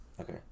Okay